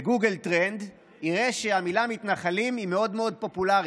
בגוגל טרנד יראה שהמילה "מתנחלים" מאוד פופולרית,